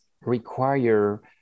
require